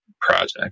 project